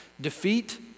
defeat